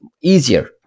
easier